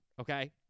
Okay